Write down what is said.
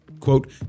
Quote